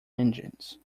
engines